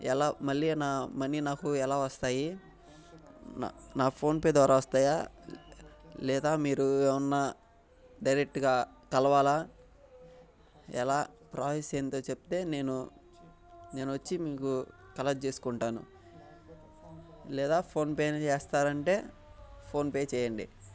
ఎలా మళ్ళీ నా మనీ నాకు ఎలా వస్తాయి నా ఫోన్పే ద్వారా వస్తాయా లేదా మీరు ఏమన్నా డైరెక్ట్గా కలవాలా ఎలా ప్రాసెస్ ఏంటో చెప్తే నేను నేను వచ్చి మీకు కలెక్ట్ చేసుకుంటాను లేదా ఫోన్ పే అయినా చేస్తారంటే ఫోన్పే చేయండి